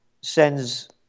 sends